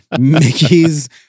Mickey's